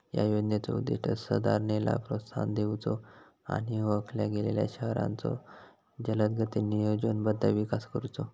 या योजनेचो उद्दिष्ट सुधारणेला प्रोत्साहन देऊचो आणि ओळखल्या गेलेल्यो शहरांचो जलदगतीने नियोजनबद्ध विकास करुचो